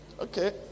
Okay